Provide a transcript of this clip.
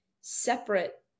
separate